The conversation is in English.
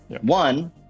one